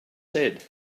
said